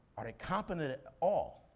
are they competent at all?